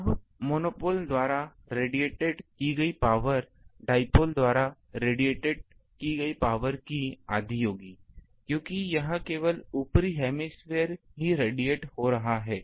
अब मोनोपोल द्वारा रेडिएट की गई पावर डाइपोल द्वारा रेडिएट की गई कुल पावर की आधी होगी क्योंकि यहाँ केवल ऊपरी हेमी स्फीयर ही रेडिएट हो रहा है